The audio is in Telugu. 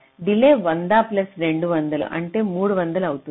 డిలే 100 ప్లస్ 200 అంటే 300 అవుతుంది